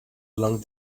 along